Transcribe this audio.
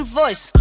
voice